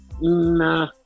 nah